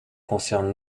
concerne